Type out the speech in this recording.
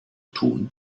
tun